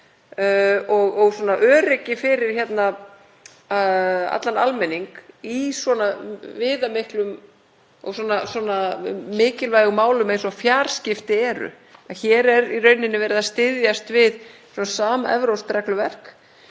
og öryggi fyrir allan almenning í viðamiklum og mikilvægum málum eins og fjarskipti eru — hér er í rauninni verið að styðjast við samevrópskt regluverk